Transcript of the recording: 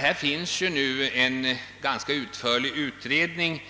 Här finns ju nu en ganska utförlig utredning